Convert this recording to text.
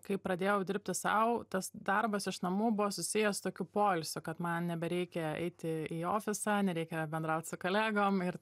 kai pradėjau dirbti sau tas darbas iš namų buvo susijęs su tokiu poilsiu kad man nebereikia eiti į ofisą nereikia bendraut su kolegom ir